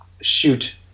shoot